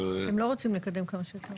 הם לא רוצים לקדם כמה שיותר מהר.